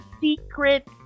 secret